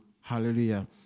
Hallelujah